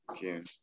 June